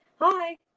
hi